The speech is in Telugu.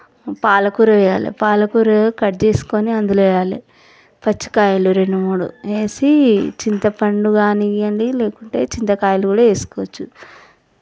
పాలకూర వేయాలి పాలకూర కట్ చేసుకొని అందులో వేయాలి పచ్చి కాయలు రెండు మూడు వేసి చింతపండు కానివ్వండి లేకుంటే చింతకాయలు కూడా వేసుకోవచ్చు